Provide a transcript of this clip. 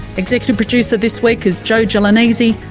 executive producer this week is joe joe gelonesi,